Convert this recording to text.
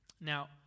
Now